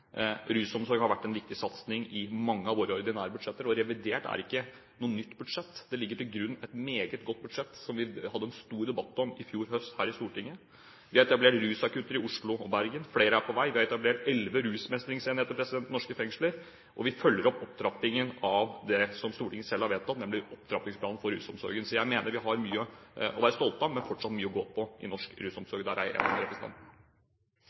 Rusomsorg har vært en viktig satsing i mange av våre ordinære budsjetter, og revidert er ikke noe nytt budsjett. Det ligger til grunn et meget godt budsjett, som vi hadde en stor debatt om i fjor høst her i Stortinget. Vi har etablert rusakutter i Oslo og Bergen, og flere er på vei. Vi har etablert elleve rusmestringsenheter i norske fengsler. Vi følger opp opptrappingen av det som Stortinget selv har vedtatt, nemlig Opptrappingsplanen for rusfeltet. Så jeg mener vi har mye å være stolte av, men fortsatt mye å gå på i norsk rusomsorg – der er jeg enig med representanten